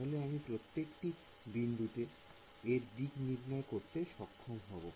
তাহলে আমি প্রত্যেকটি বিন্দুতে এর দিক নির্ণয় করতে সক্ষম হব